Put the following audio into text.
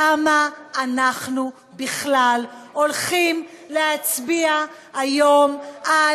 למה אנחנו בכלל הולכים להצביע היום על